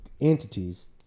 entities